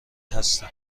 هستم